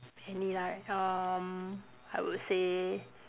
any like um I would say